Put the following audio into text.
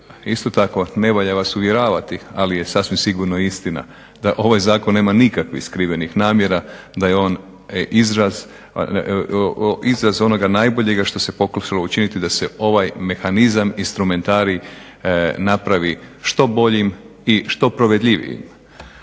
isto tako ne valja vas uvjeravati, ali je sasvim sigurno i istina da ovaj zakon nema nikakvih skrivenih namjera, da je on izraz onoga najboljega što se pokušalo učiniti da se ovaj mehanizam, instrumentarij napravi što boljim i što provedljvijim.